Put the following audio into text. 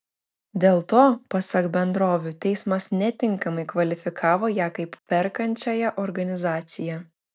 dėl to pasak bendrovių teismas netinkamai kvalifikavo ją kaip perkančiąją organizaciją